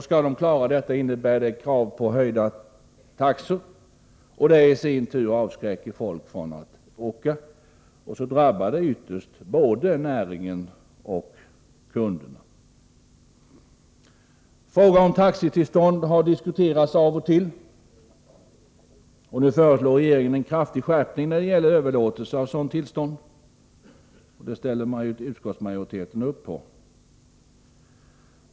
Skall de klara kostnaderna, innebär det krav på höjda taxor. Detta i sin tur avskräcker folk från att åka. Så drabbar de föreslagna ändringarna ytterst både näringen och kunderna. Frågan om taxitillstånd har diskuterats då och då. Nu föreslår regeringen en kraftig skärpning av kraven när det gäller överlåtelse av sådant tillstånd. Det ställer utskottsmajoriten upp på.